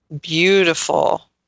beautiful